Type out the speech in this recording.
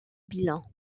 bilan